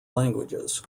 languages